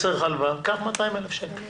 קח 200 אלף שקל.